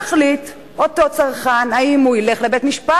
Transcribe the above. יחליט אותו צרכן אם הוא ילך לבית-משפט.